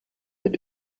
wird